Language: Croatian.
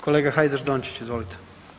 Kolega Hajdaš Dončić, izvolite.